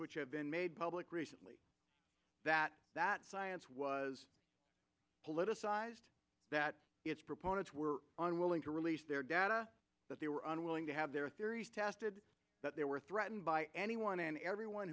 which have been made public recently that that science was politicized that its proponents were unwilling to release their data but they were unwilling to have their theories tested that they were threatened by anyone and everyone